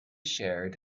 shared